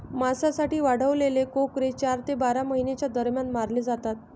मांसासाठी वाढवलेले कोकरे चार ते बारा महिन्यांच्या दरम्यान मारले जातात